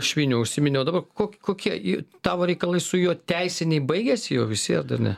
švinį užsiminiau dabar ko kokie tavo reikalai su juo teisiniai baigėsi jau visi ar dar ne